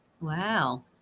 Wow